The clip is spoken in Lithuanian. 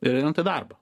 ir einat į darbą